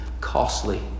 costly